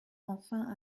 enfin